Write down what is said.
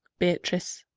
beatrice.